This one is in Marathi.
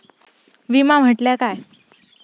विमा म्हटल्या काय?